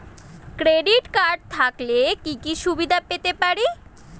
Credit card থাকলে কি কি সুবিধা পেতে পারি?